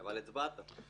אבל הצבעת.